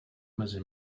mezi